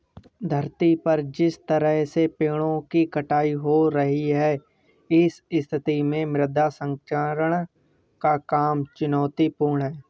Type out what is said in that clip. धरती पर जिस तरह से पेड़ों की कटाई हो रही है इस स्थिति में मृदा संरक्षण का काम चुनौतीपूर्ण है